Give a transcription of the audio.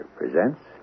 presents